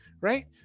right